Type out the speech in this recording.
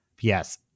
Yes